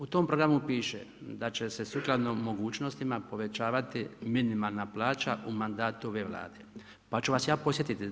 U tom programu piše sukladno mogućnostima povećavati minimalna plaća u mandatu ove Vlade pa ću vas ja podsjetiti.